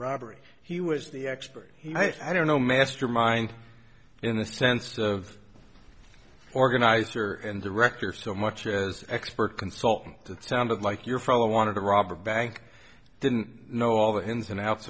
robbery he was the expert i don't know master mind in the sense of organizer and director so much as expert consultant that sounded like your fellow wanted to rob a bank didn't know all the ins and outs